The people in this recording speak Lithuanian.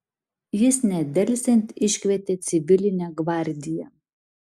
jis nedelsiant iškvietė civilinę gvardiją